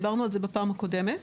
דיברנו על זה בפעם הקודמת.